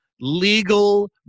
legal